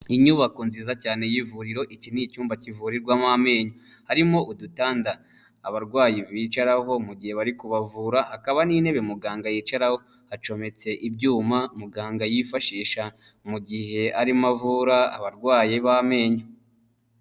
Inyubako nziza cyane y'ivuriro, iki ni icyumba kivurirwamo amenyo, harimo udutanda abarwayi bicaraho mu gihe bari kubavura, hakaba n'intebe muganga yicaraho. Hacometse ibyuma muganga yifashisha mu gihe arimo avura abarwayi b'amenyo.